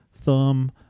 thumb